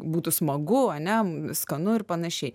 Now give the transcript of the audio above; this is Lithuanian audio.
būtų smagu ane skanu ir panašiai